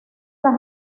las